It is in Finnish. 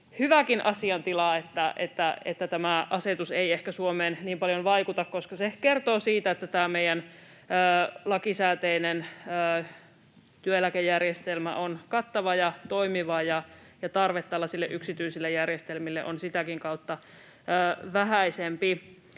hyväkin asiantila, että tämä asetus ei ehkä Suomeen niin paljon vaikuta, ja se kertoo siitä, että tämä meidän lakisääteinen työeläkejärjestelmä on kattava ja toimiva ja tarve tällaisille yksityisille järjestelmille on sitäkin kautta vähäisempi.